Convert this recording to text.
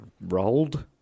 rolled